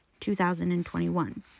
2021